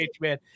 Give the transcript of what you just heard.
man